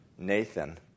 Nathan